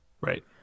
Right